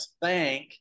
bank